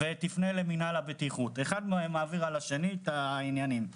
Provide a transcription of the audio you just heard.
היא אומרת: